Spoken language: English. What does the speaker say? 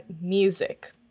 music